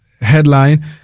headline